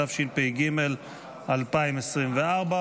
התשפ"ג 2023,